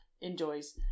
enjoys